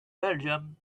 belgium